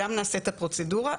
שם נעשית הפרוצדורה.